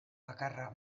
bakarra